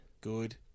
Good